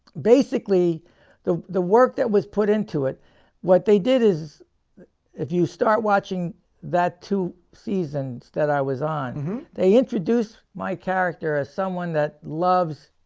basically the the work that was put into it what they did is if you start watching that two seasons that i was on they introduced my character as someone that loves